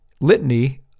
litany